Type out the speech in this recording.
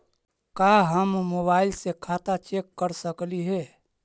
का हम मोबाईल से खाता चेक कर सकली हे?